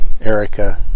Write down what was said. Erica